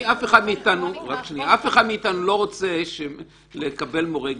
אף אחד מאתנו לא רוצה לקבל מורה גנב.